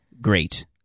great